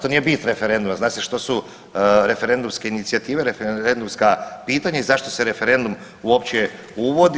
To nije bit referenduma, zna se što su referendumske inicijative, referendumska pitanja i zašto se referendum uopće uvodi.